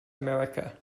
america